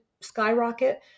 skyrocket